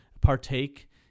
partake